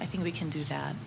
i think we can do that